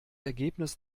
ergebnis